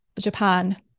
Japan